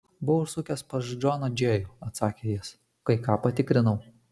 buvau užsukęs pas džoną džėjų atsakė jis kai ką patikrinau